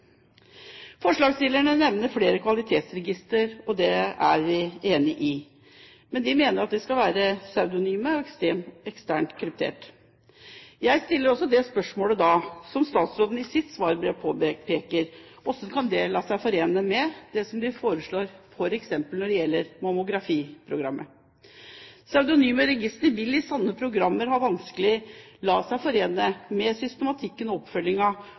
Forslagsstillerne nevner utvikling av flere kvalitetsregistre, og det er vi enig i. Men vi mener at de skal være pseudonyme og eksternt kryptert. Jeg stiller også det spørsmålet som statsråden i sitt svarbrev påpeker: Hvordan kan det la seg forene med det som de foreslår når det f.eks. gjelder Mammografiprogrammet? Pseudonyme registre vil i slike programmer vanskelig la seg forene med systematikken og